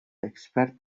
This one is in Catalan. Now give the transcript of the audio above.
expert